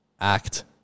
act